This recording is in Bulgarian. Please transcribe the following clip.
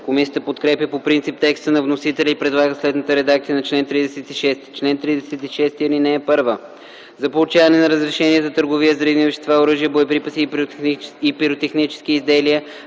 Комисията подкрепя по принцип текста на вносителя и предлага следната редакция на чл. 36: „Чл. 36. (1) За получаване на разрешение за търговия с взривни вещества, оръжия, боеприпаси и пиротехнически изделия